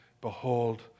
Behold